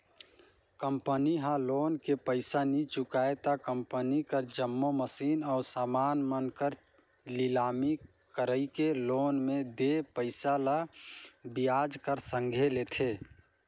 company ह loan के पइसा नी चुकाय त कंपनी कर जम्मो मसीन अउ समान मन कर लिलामी कइरके लोन में देय पइसा ल बियाज कर संघे लेथे